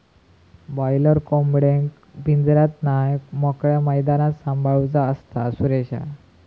boiler कोंबडेक पिंजऱ्यात नाय मोकळ्या मैदानात सांभाळूचा असता, सुरेशा